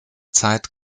zeit